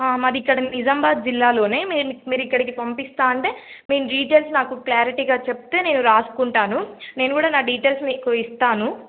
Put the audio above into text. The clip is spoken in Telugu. మాది ఇక్కడ నిజాంబాద్ జిల్లాలో మీరు మీరు ఇక్కడికి పంపిస్తాను అంటే మీరు డీటెయిల్స్ నాకు క్లారిటీగా చెప్తే నేను రాసుకుంటాను నేను కూడా నా డీటెయిల్స్ మీకు ఇస్తాను